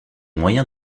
moyens